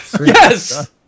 yes